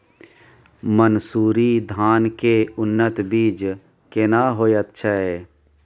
मन्सूरी धान के उन्नत बीज केना होयत छै?